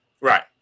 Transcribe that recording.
Right